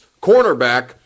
cornerback